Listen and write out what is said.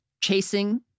chasing